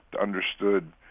understood